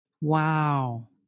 Wow